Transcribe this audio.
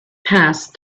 passed